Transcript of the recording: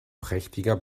prächtiger